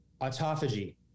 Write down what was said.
autophagy